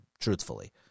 truthfully